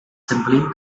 simply